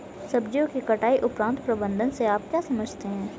सब्जियों की कटाई उपरांत प्रबंधन से आप क्या समझते हैं?